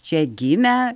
čia gimę